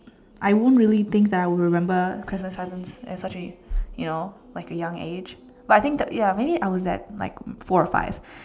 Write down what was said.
I won't really think that we'll remember cause my cousins that's why she you know like the young age but I think that ya maybe I was at like four or five